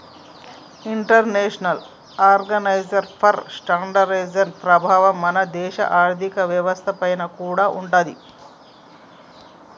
international organisation for standardisation ప్రభావం మన దేశ ఆర్ధిక వ్యవస్థ పైన కూడా ఉంటాది